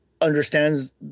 understands